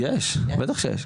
יש, בטח שיש.